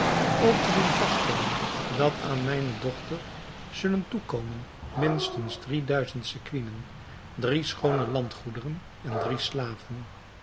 ook te doen vaststellen dat aan mijne dochter zullen toekomen minstens drie duizend sequinen drie schoone landgoederen en drie slaven